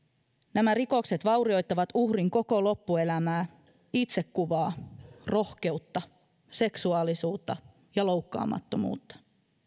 nämä rikokset vaurioittavat uhrin koko loppuelämää itsekuvaa rohkeutta seksuaalisuutta ja loukkaamattomuutta